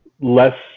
less